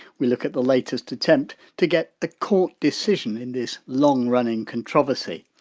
we look at the latest attempt to get a court decision in this long-running controversy.